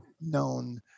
known